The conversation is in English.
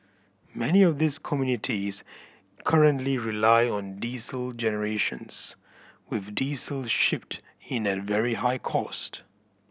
many of these communities currently rely on diesel generations with diesel shipped in at very high cost